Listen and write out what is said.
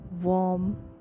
warm